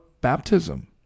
baptism